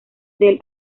del